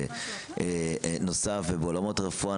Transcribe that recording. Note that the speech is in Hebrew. זה בכלל לא משנה אם הרופא המפקח עמד לידו או ישן במיטתו בלילה,